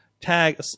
tag